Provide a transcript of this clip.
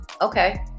Okay